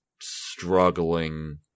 struggling